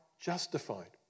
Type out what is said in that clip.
justified